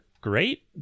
great